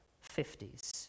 fifties